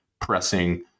pressing